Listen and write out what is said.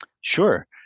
sure